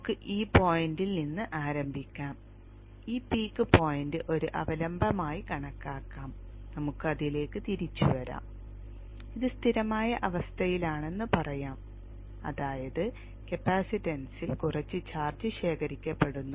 നമുക്ക് ഈ പോയിന്റിൽ നിന്ന് ആരംഭിക്കാം ഈ പീക്ക് പോയിന്റ് ഒരു അവലംബമായി കണക്കാക്കാം നമുക്ക് അതിലേക്ക് തിരിച്ചുവരാം ഇത് സ്ഥിരമായ അവസ്ഥയിലാണെന്ന് പറയാം അതായത് കപ്പാസിറ്റൻസിൽ കുറച്ച് ചാർജ് ശേഖരിക്കപ്പെടുന്നു